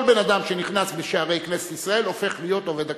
כל בן-אדם שנכנס בשערי כנסת ישראל הופך להיות עובד הכנסת.